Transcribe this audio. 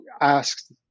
asked